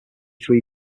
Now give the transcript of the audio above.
three